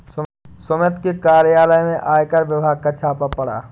सुमित के कार्यालय में आयकर विभाग का छापा पड़ा